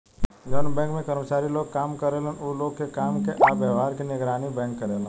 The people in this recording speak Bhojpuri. जवन बैंक में कर्मचारी लोग काम करेलन उ लोग के काम के आ व्यवहार के निगरानी बैंक करेला